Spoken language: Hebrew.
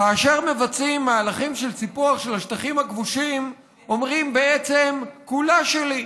כאשר מבצעים מהלכים של סיפוח השטחים הכבושים אומרים בעצם: כולה שלי.